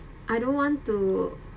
I don't want to